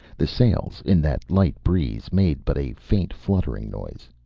the sails, in that light breeze, made but a faint fluttering noise.